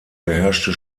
beherrschte